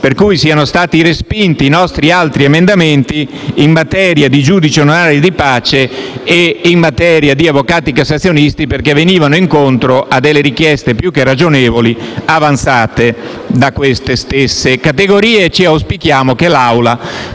per cui siano stati respinti altri nostri emendamenti in materia di giudice onorario di pace e in materia di avvocati cassazionisti, perché venivano incontro a richieste più che ragionevoli avanzate da queste stesse categorie. Auspichiamo che l'Aula